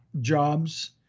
jobs